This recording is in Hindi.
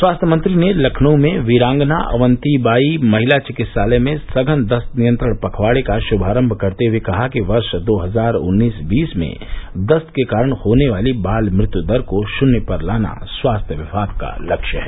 स्वास्थ्य मंत्री ने लखनऊ में वीरांगना अवन्तीबाई महिला चिकित्सालय में सघन दस्त नियंत्रण पखवाड़े का शुभारम्म करते हुए कहा कि वर्ष दो हजार उन्नीस बीस में दस्त के कारण होने वाली बाल मृत्यु दर को शून्य पर लाना स्वास्थ्य विभाग का लक्ष्य है